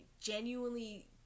genuinely